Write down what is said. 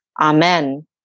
Amen